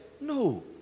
No